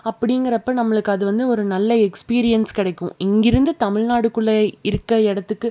அப்படிங்கிறப்ப நம்மளுக்கு அது வந்து ஒரு நல்ல எக்ஸ்பீரியன்ஸ் கிடைக்கும் இங்கேருந்து தமிழ்நாடுகுள்ளே இருக்கற இடத்துக்கு